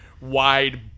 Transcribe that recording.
wide